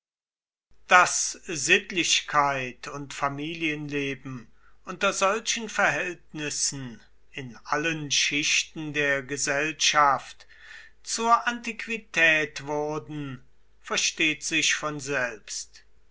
daß sittlichkeit und familienleben unter solchen verhältnissen in allen schichten der gesellschaft zur antiquität wurden versteht sich von selbst